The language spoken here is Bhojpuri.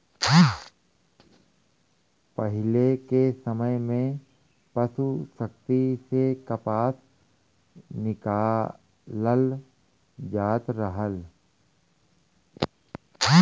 पहिले के समय में पसु शक्ति से कपास निकालल जात रहल